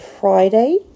Friday